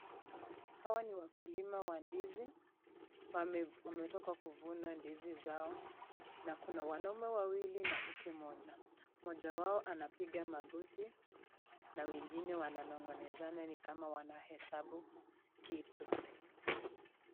Hawa ni wakulima wa ndizi, wametoka kuvuna ndizi zao, na kuna wanaume wawili na mke mmoja. Moja wao anapiga magoti na wengine wana nong'onezana ni kama wanahesabu kitu.